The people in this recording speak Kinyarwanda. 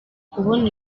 kubona